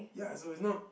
ya so it's not